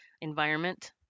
environment